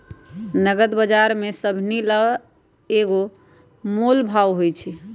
नगद बजार में सभनि ला एक्के मोलभाव होई छई